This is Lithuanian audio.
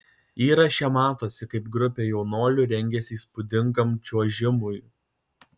įraše matosi kaip grupė jaunuolių rengiasi įspūdingam čiuožimui